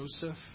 Joseph